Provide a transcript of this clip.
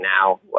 now